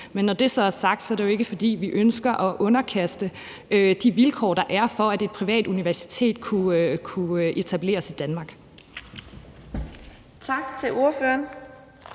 Men når det så er sagt, er det jo ikke, fordi vi ønsker at underminere de vilkår, der er, for at et privat universitet kunne etableres i Danmark.